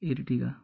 Ertiga